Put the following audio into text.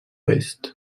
oest